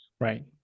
right